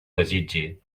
desitgi